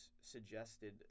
suggested